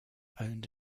owned